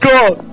God